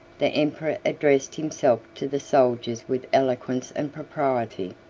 the emperor addressed himself to the soldiers with eloquence and propriety.